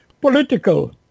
political